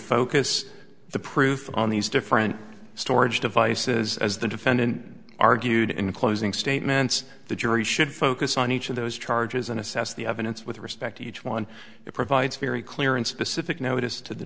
focus the proof on these different storage devices as the defendant argued in closing statements the jury should focus on each of those charges and assess the evidence with respect to each one it provides very clear and specific notice to the